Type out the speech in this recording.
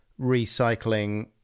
recycling